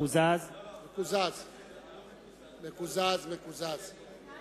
בעד ישראל חסון, אינו נוכח אחמד טיבי, אינו